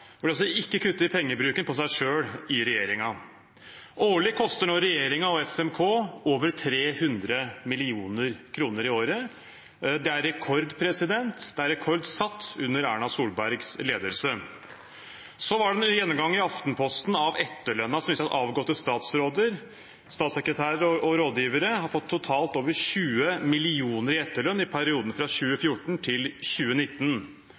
ikke kutter i pengebruken på seg selv i regjeringen. Årlig koster nå regjeringen og SMK over 300 mill. kr. Det er rekord, og det er en rekord satt under Erna Solbergs ledelse. Så var det en gjennomgang i Aftenposten av etterlønn, som viste at avgåtte statsråder, statssekretærer og rådgivere har fått over 20 mill. kr totalt i etterlønn i perioden fra 2014 til 2019.